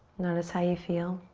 notice how you feel.